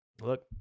look